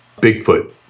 Bigfoot